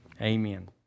Amen